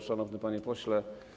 Szanowny Panie Pośle!